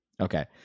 Okay